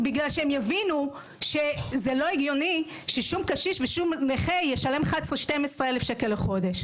כי הם יבינו שזה לא הגיוני שקשיש או נכה ישלם 11,000-12,000 ₪ בחודש.